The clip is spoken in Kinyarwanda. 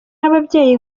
ababyeyi